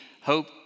hope